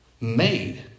made